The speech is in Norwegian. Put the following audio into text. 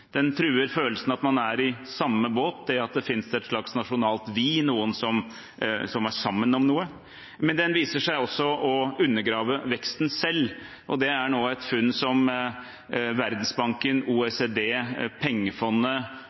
Den truer følelsen av at man er i samme båt, at det finnes et slags nasjonalt «vi», noen som er sammen om noe. Men den viser seg også å undergrave veksten selv, og det er et funn som Verdensbanken, OECD, Det internasjonale pengefondet